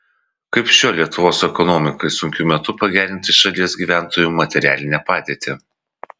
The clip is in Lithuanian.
kaip šiuo lietuvos ekonomikai sunkiu metu pagerinti šalies gyventojų materialinę padėtį